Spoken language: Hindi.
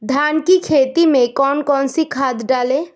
धान की खेती में कौन कौन सी खाद डालें?